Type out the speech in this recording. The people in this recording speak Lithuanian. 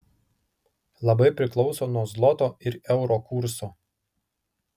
labai priklauso nuo zloto ir euro kurso